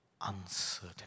uncertain